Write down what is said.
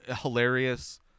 hilarious